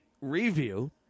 review